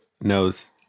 knows